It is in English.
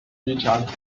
richard